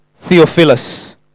Theophilus